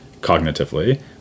cognitively